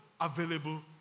available